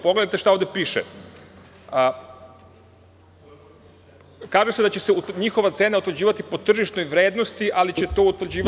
Pogledajte šta ovde piše, kaže se da će se njihova cena utvrđivati po tržišnoj vrednosti, ali da će to utvrđivati…